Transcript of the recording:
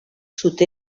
sud